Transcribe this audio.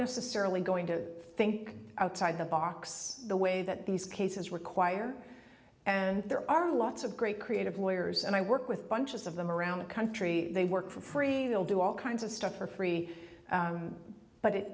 necessarily going to think outside the box the way that these cases require and there are lots of great creative lawyers and i work with bunches of them around the country they work for free they'll do all kinds of stuff for free but it